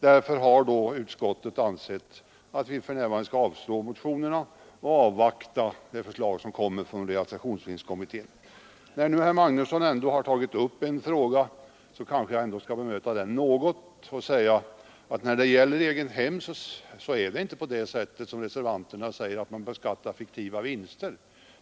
Utskottet har då ansett att riksdagen för närvarande skall avslå motionerna och avvakta det förslag som kommer från realisationsvinstkommittén. När nu herr Magnusson i Borås ändå har tagit upp en fråga, skall jag bemöta den något. När det gäller egethem är det ingalunda så som reservanterna säger, att man beskattar fiktiva vinster.